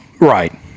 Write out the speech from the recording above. Right